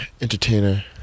entertainer